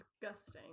disgusting